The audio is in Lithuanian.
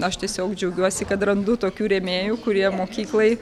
aš tiesiog džiaugiuosi kad randu tokių rėmėjų kurie mokyklai